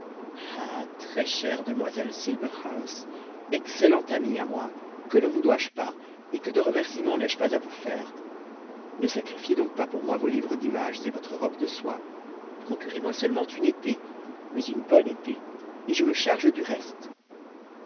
très chère demoiselle silberhaus excellente amie à moi que ne vous dois-je pas et que de remerciements n'ai-je pas à vous faire ne sacrifiez donc pas pour moi vos livres d'images et votre robe de soie procurez moi seulement une épée mais une bonne épée et je me charge du reste